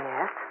Yes